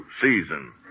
season